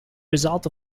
result